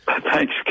Thanks